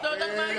את לא יודעת מה הם